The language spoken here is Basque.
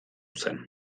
zen